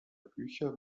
bücher